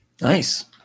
Nice